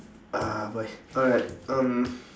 uh boy alright um